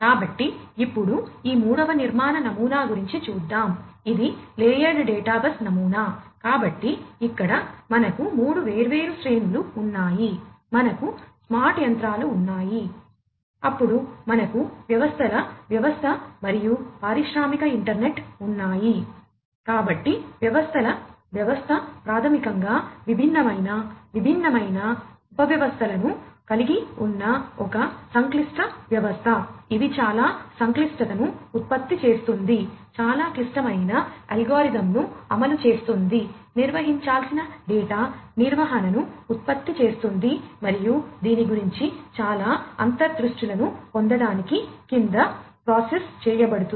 కాబట్టి ఇప్పుడు ఈ మూడవ నిర్మాణ నమూనా గురించి చూద్దాం ఇది లేయర్డ్ డేటాబస్ను అమలు చేస్తుంది నిర్వహించాల్సిన డేటా నిర్వహణను ఉత్పత్తి చేస్తుంది మరియు దీని గురించి చాలా అంతర్దృష్టులను పొందటానికి కింద ప్రాసెస్ చేయబడుతుంది